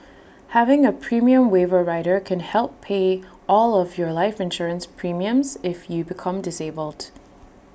having A premium waiver rider can help pay all of your life insurance premiums if you become disabled